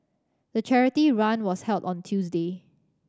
the charity run was held on Tuesday